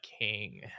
King